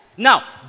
Now